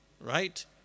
Right